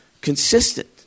consistent